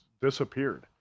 disappeared